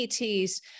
ETs